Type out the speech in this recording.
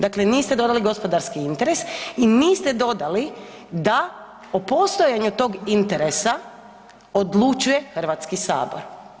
Dakle niste dodali gospodarski interes i niste dodali da u postojanju tog interesa odlučuje Hrvatski sabor.